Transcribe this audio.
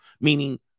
Meaning